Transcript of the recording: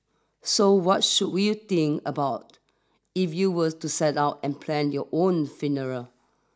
so what should we you think about if you were to set out and plan your own funeral